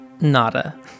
Nada